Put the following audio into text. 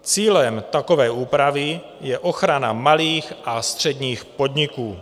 Cílem takové úpravy je ochrana malých a středních podniků.